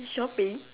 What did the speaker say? shopping